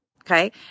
Okay